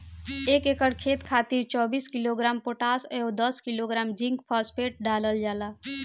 एक एकड़ खेत खातिर चौबीस किलोग्राम पोटाश व दस किलोग्राम जिंक सल्फेट डालल जाला?